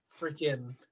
freaking